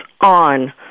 on